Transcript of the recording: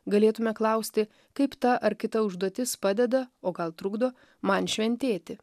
galėtume klausti kaip ta ar kita užduotis padeda o gal trukdo man šventėti